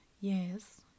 Yes